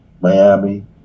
Miami